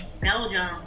Belgium